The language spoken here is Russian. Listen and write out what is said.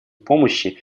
помощи